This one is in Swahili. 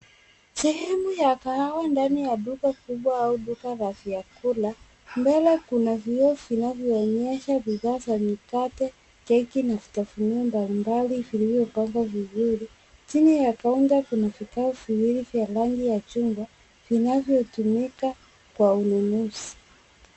Sehemu ya kahawa ndani ya duka kubwa au duka la vyakula ambalo kuna vioo vinavyoonyesha bidhaa kama mikate, keki na vitafunio mbalimbali vilivyopangwa vizuri. Chini ya kaunta kuna vigao viwili vya rangi ya chungwa vinavyotumika Kwa ununuzi.